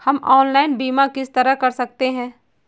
हम ऑनलाइन बीमा किस तरह कर सकते हैं?